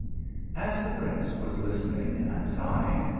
as the prince was listening and sighing,